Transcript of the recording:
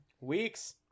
Weeks